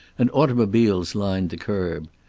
and automobiles lined the curb.